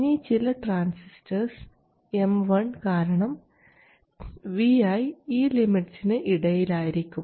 ഇനി ചില transistors M1 കാരണം vi ഈ ലിമിറ്റ്സിന് ഇടയിലായിരിക്കും